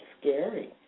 scary